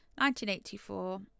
1984